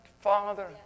Father